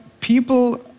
people